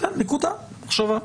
נקודה למחשבה.